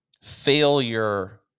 failure